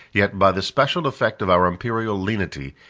yet, by the special effect of our imperial lenity,